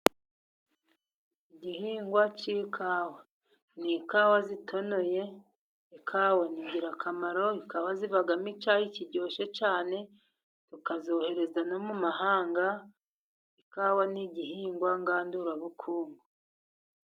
Igihingwa cy'ikawa, n'ikawa zitonoye ikawa ni ingirakamaro, zikaba zivamo icyayi kiryoshye cyane tukazohereza no mu mahanga. Ikawa ni gihingwa ngandurabukungu.